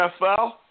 NFL